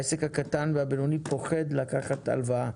העסק הקטן והבינוני פוחד לקחת הלוואה.